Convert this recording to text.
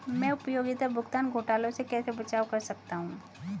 मैं उपयोगिता भुगतान घोटालों से कैसे बचाव कर सकता हूँ?